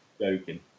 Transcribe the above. Joking